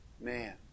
man